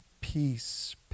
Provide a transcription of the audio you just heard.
peace